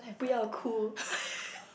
we are cool